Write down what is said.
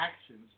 Actions